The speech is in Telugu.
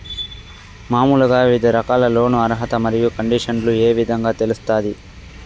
మామూలుగా వివిధ రకాల లోను అర్హత మరియు కండిషన్లు ఏ విధంగా తెలుస్తాది?